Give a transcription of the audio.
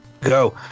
go